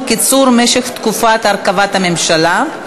קיצור משך תקופת הרכבת הממשלה),